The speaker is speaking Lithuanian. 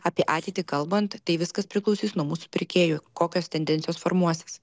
apie ateitį kalbant tai viskas priklausys nuo mūsų pirkėjų kokios tendencijos formuosis